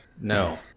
No